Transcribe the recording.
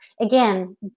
again